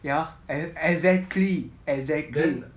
ya ex~ exactly exactly